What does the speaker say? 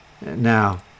Now